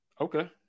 Okay